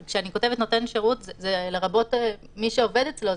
כשאני כותבת "נותן שירות" זה לרבות מי שעובד אצלו,